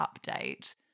update